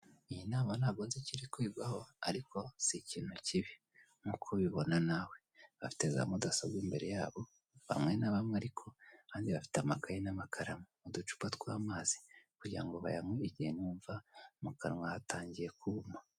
Iyi ntabwo nzi icyo iri kwigaho ariko si ikintu kibi nk'uko ubibona nawe, bafite za mudasobwa imbere yabo, bamwe na bamwe ariko, abandi bafite amakayi n'amakaramu, uducupa tw'amazi kugira ngo bayanywe nibumva mu kanwa hatangiye kuma.